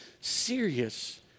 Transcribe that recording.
serious